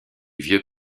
vieux